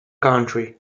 country